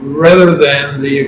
rather than the